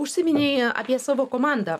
užsiminei apie savo komandą